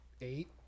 eight